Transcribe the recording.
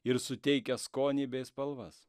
ir suteikia skonį bei spalvas